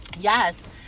Yes